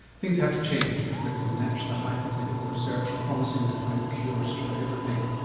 things have to change if we are to match the hype of medical research promising to find the cures for everything.